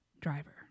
Driver